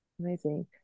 Amazing